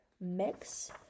mix